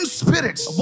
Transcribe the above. spirits